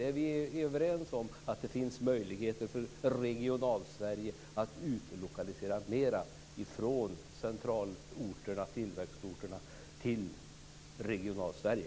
Är vi överens om att det finns möjligheter att utlokalisera mer från centralorterna, tillväxtorterna, till Regionalsverige?